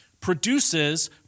produces